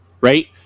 right